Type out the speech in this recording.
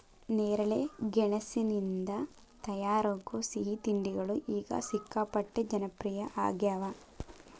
ನೇರಳೆ ಗೆಣಸಿನಿಂದ ತಯಾರಾಗೋ ಸಿಹಿ ತಿಂಡಿಗಳು ಈಗ ಸಿಕ್ಕಾಪಟ್ಟೆ ಜನಪ್ರಿಯ ಆಗ್ಯಾವ